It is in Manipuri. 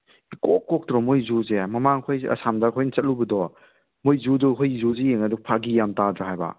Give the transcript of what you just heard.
ꯏꯀꯣꯛ ꯀꯣꯛꯇ꯭ꯔꯣ ꯃꯣꯏ ꯖꯨꯁꯦ ꯃꯃꯥꯡ ꯑꯩꯈꯣꯏ ꯑꯁꯥꯝꯗ ꯑꯩꯈꯣꯏꯅ ꯆꯠꯂꯨꯕꯗꯣ ꯃꯣꯏ ꯖꯨꯗꯨꯒ ꯑꯩꯈꯣꯏ ꯖꯨꯁꯤꯒ ꯌꯦꯡꯉꯒ ꯐꯥꯒꯤ ꯌꯥꯝ ꯇꯥꯗ꯭ꯔꯥ ꯍꯥꯏꯕ